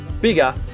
Bigger